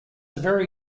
very